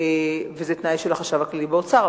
וזה תנאי של החשב הכללי באוצר.